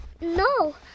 No